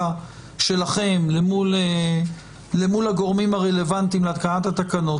שלכם למול הגורמים הרלוונטיים להתקנת התקנות,